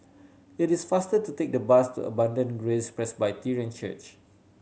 it is faster to take the bus to Abundant Grace Presbyterian Church